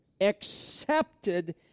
Accepted